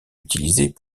utilisés